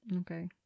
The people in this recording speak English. Okay